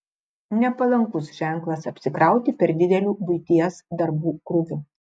nepalankus ženklas apsikrauti per dideliu buities darbų krūviu